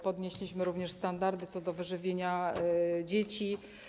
Podnieśliśmy również standardy co do wyżywienia dzieci.